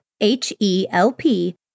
H-E-L-P